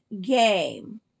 game